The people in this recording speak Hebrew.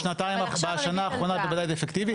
אבל בשנה האחרונה ודאי זה אפקטיבי,